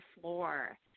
floor